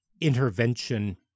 intervention